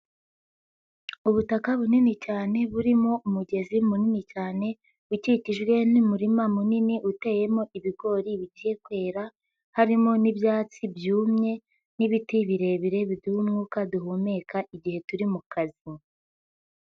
ubutaka bunini cyane burimo umugezi munini cyane ukikijwe n'umurima munini uteyemo ibigori bijyiye kwera, harimo n'ibyatsi byumye n'ibiti birebire biduha umwuka duhumeka igihe turi mu kazi.